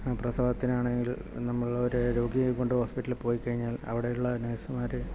പ്രസവത്തിനാണേങ്കിൽ നമ്മൾ ഒരു രോഗിയേയും കൊണ്ട് ഹോസ്പിറ്ററലിൽ പോയി കഴിഞ്ഞാൽ അവിടെയുള്ള നർസുമ്മാർ എത്ര